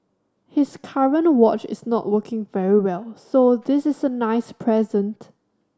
his current watch is not working very well so this is a nice present